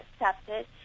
accepted